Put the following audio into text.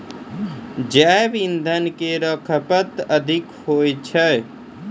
जैव इंधन केरो खपत अधिक होय छै